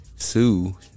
Sue